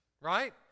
right